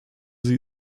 sie